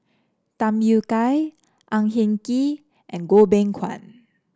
Tham Yui Kai Ang Hin Kee and Goh Beng Kwan